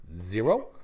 zero